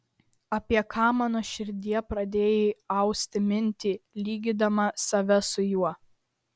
apie ką mano širdie pradėjai austi mintį lygindama save su juo